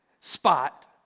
spot